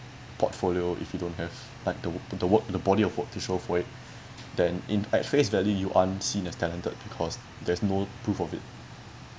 portfolio if you don't have like the wo~ the work the body of work to show for it then in at face value you aren't seen as talented because there's no proof of it